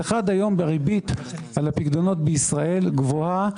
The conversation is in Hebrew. אחת, היום הריבית על הפיקדונות בישראל גבוהה